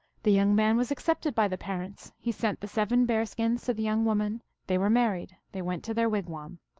the young man was accepted by the parents he sent the seven bear-skins to the young woman they were married they went to their wigwam.